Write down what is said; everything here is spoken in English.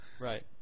Right